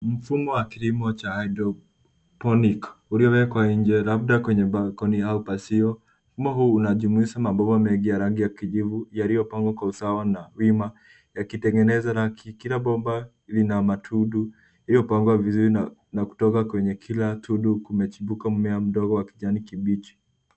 Mfumo wa kilimo cha hydroponic uliowekwa nje labda kwenye balkoni au pazio. Mfumo huu unajumuisha mabomba mengi ya rangi ya kijivu yaliyopangwa kwa usawa na wima yakitengeneza raki. Kila bomba lina matundu yaliyopangwa vizuri na kutoka kwenye kila tundu kumechimbuka mmea mdogo wa kijani kibichi.